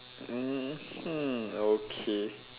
mmhmm okay